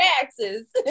taxes